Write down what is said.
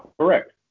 Correct